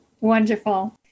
Wonderful